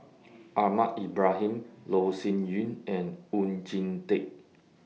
Ahmad Ibrahim Loh Sin Yun and Oon Jin Teik